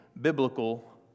biblical